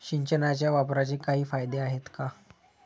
सिंचनाच्या वापराचे काही फायदे आहेत का?